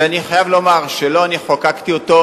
ואני חייב לומר שלא אני חוקקתי אותו,